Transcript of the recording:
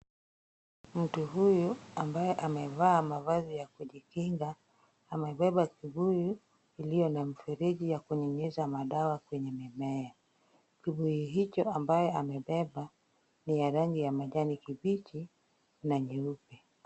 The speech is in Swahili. Mtu huyu ambaye amevaa mavazi ya kujikinga, amebeba kibuyu iliyo na mfereji ya kunyunyiza madawa kwenye mimea. Kibuyu hicho ambayo amebeba ni ya rangi ya majani mabichi na nyeupe.